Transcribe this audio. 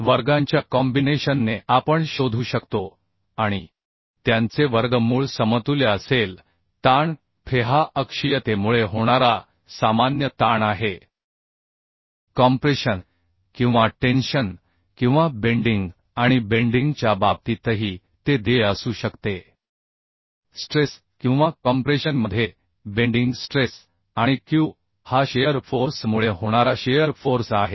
वर्गांच्या कॉम्बिनेशन ने आपण शोधू शकतो आणि त्यांचे वर्गमूळ समतुल्य असेल ताण feहा अक्षीयतेमुळे होणारा सामान्य ताण आहे कॉम्प्रेशन किंवा टेन्शन किंवा बेंडिंग आणि बेंडिंग च्या बाबतीतही ते देय असू शकते स्ट्रेस किंवा कॉम्प्रेशन मध्ये बेंडिंग स्ट्रेस आणि q हा शिअर फोर्स मुळे होणारा शिअर फोर्स आहे